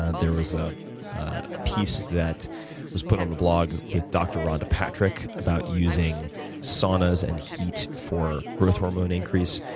there was a piece that was put on the blog with dr. rhonda patrick about using saunas and heat for growth hormone increase.